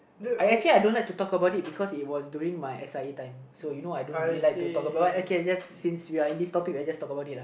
I actually I don't like to talk about it because it was during my S_I_A time so you know I don't really like talk about what okay just since we are in this topic we just talk about it lah